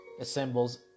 assembles